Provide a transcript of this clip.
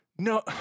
No